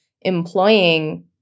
employing